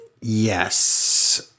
Yes